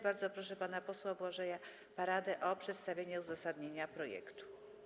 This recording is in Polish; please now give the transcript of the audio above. Bardzo proszę pana posła Błażeja Pardę o przedstawienie uzasadnienia projektu.